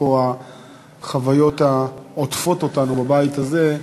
אפרופו החוויות העוטפות אותנו בבית הזה,